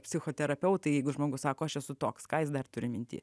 psichoterapeutai jeigu žmogus sako aš esu toks ką jis dar turi minty